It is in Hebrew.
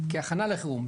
כהכנה לחירום,